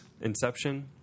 Inception